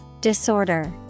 Disorder